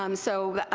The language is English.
um so